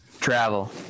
Travel